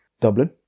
Dublin